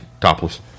topless